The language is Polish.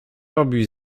robi